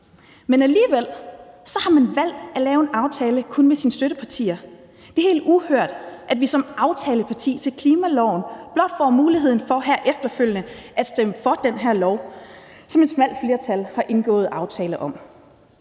Men alligevel har man valgt at lave en aftale kun med sine støttepartier, og det er helt uhørt, at vi som aftaleparti til klimaloven blot får muligheden for her efterfølgende at stemme for det her lovforslag, som et smalt flertal har indgået aftale om.